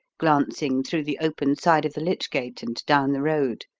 glancing through the open side of the lich-gate and down the road.